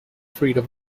freedom